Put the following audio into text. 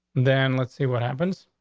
then let's see what happens.